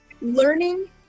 learning